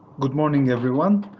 good morning, everyone. ah,